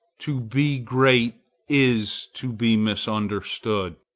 to be great is to be misunderstood.